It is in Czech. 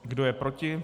Kdo je proti?